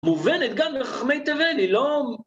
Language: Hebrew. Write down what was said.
מובנת גם לחכמי תבל, היא לא...